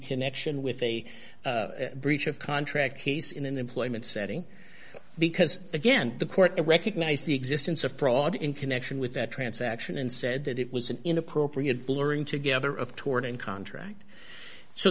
connection with a breach of contract case in an employment setting because again the court recognize the existence of fraud in connection with that transaction and said that it was an inappropriate blurring together of torn and contract so